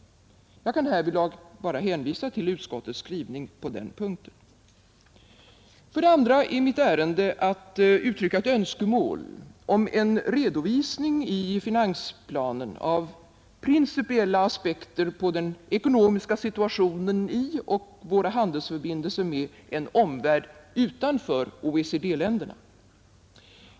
Jag kan härvidlag bara hänvisa till utskottets skrivning på denna punkt. För det andra är mitt ärende att uttrycka ett önskemål om en redovisning i finansplanen av principiella aspekter på den ekonomiska situationen i och våra handelsförbindelser med en omvärld utanför OECD-länderna.